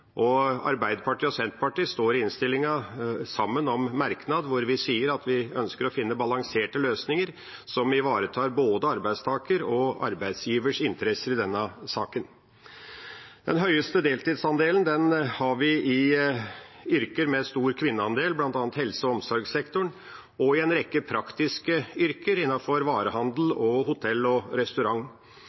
Arbeiderpartiet og Senterpartiet står i innstillinga sammen om en merknad der vi sier at vi ønsker å finne balanserte løsninger som ivaretar både arbeidstakerens og arbeidsgiverens interesser i denne saken. Den største deltidsandelen har vi i yrker med stor kvinneandel, bl.a. i helse- og omsorgssektoren og i en rekke praktiske yrker innenfor varehandel, hotell og restaurant.